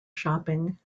shopping